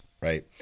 Right